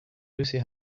lucy